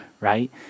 right